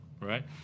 right